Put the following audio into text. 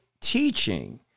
teaching